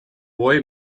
boy